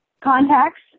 contacts